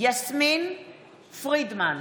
מתחייבת אני יסמין פרידמן,